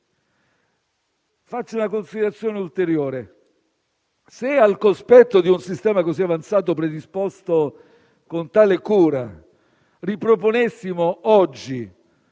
Faccio una considerazione ulteriore. Se, al cospetto di un sistema così avanzato predisposto con tale cura, riproponessimo oggi